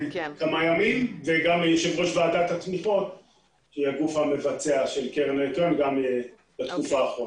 שהיא הגוף המבצע של הקרן, גם כן מהתקופה האחרונה.